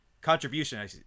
contribution